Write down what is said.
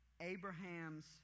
Abraham's